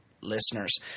listeners